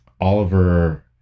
oliver